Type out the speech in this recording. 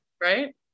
Right